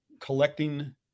collecting